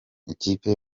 ikipe